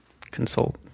Consult